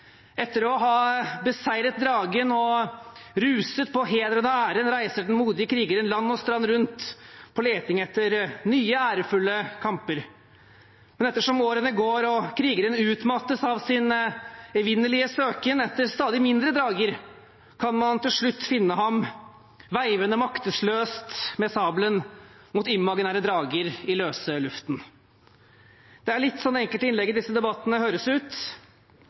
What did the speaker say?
Etter å ha beseiret dragen og ruset på hederen og æren reiser den modige krigeren land og strand rundt på leting etter nye ærefulle kamper. Men etter som årene går og krigeren utmattes av sin evinnelige søken etter stadig mindre drager, kan man til slutt finne ham veivende maktesløst med sabelen mot imaginære drager i løse luften. Det er litt sånn enkelte innlegg i disse debattene høres ut,